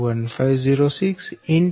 0506 X 6